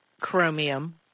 Chromium